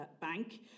Bank